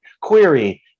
Query